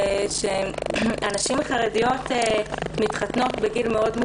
שהנשים החרדיות מתחתנות בגיל צעיר מאוד,